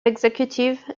executive